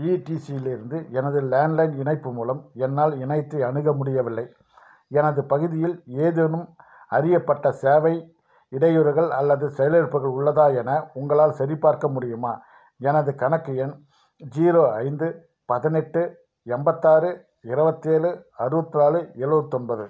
ஈ T C இலிருந்து எனது landline இணைப்பு மூலம் என்னால் இணையத்தை அணுக முடியவில்லை எனது பகுதியில் ஏதேனும் அறியப்பட்ட சேவை இடையூறுகள் அல்லது செயலிழப்புகள் உள்ளதா என உங்களால் சரிபார்க்க முடியுமா எனது கணக்கு எண் ஜீரோ ஐந்து பதினெட்டு எண்பத்து ஆறு இருபத்து ஏழு அறுபத்து நாலு எழுவத்து ஒம்போது